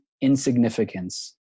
insignificance